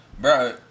Bro